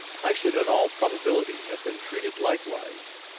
i should in all probability have been treated likewise,